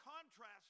contrast